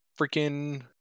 Freaking